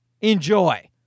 enjoy